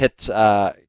hit